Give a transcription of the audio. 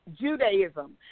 Judaism